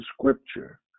scripture